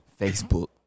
Facebook